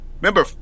remember